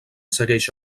segueix